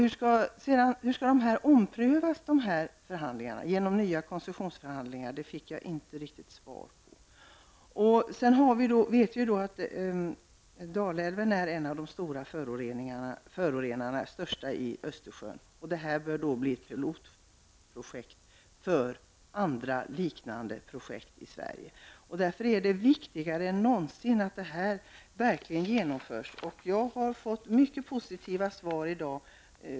På vilket sätt skall det ske nya omprövningar genom nya koncessionsförhandlingar? Det fick jag inte något riktigt svar på. Vi vet att Dalälven är en av de största förorenarna av Östersjön. Det nu aktuella projektet bör bli ett pilotprojekt för andra liknande projekt i Sverige. Därför är det viktigare än någonsin att detta verkligen genomförs. Jag har, jämfört med förra gången, fått många positiva svar i dag.